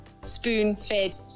spoon-fed